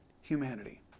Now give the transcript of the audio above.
Humanity